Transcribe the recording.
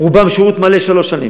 רובם שירות מלא של שלוש שנים.